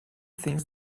things